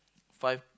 five